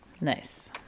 Nice